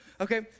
okay